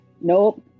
nope